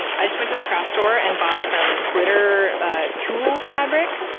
and i just went to the craft store and bought some glitter ah tulle fabric.